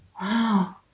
Wow